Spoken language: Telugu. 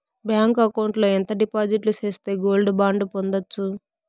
బ్యాంకు అకౌంట్ లో ఎంత డిపాజిట్లు సేస్తే గోల్డ్ బాండు పొందొచ్చు?